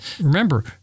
Remember